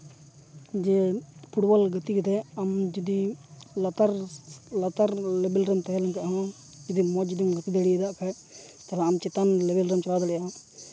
ᱡᱮ ᱯᱷᱩᱴᱵᱚᱞ ᱜᱟᱛᱮ ᱠᱟᱛᱮ ᱟᱢ ᱡᱩᱫᱤ ᱞᱟᱛᱟᱨ ᱞᱟᱛᱟᱨ ᱞᱮᱵᱮᱞ ᱨᱮᱢ ᱛᱟᱦᱮᱸ ᱞᱮᱱᱠᱷᱟᱡ ᱦᱚᱸ ᱡᱩᱫᱤ ᱢᱚᱡᱽ ᱡᱩᱫᱤᱢ ᱜᱟᱛᱮ ᱫᱟᱲᱮᱭᱟᱫᱟ ᱠᱷᱟᱡ ᱛᱟᱦᱚᱞᱮ ᱟᱢ ᱪᱮᱛᱟᱱ ᱞᱮᱵᱮᱞ ᱨᱮᱢ ᱪᱟᱞᱟᱣ ᱫᱟᱲᱮᱭᱟᱜᱼᱟ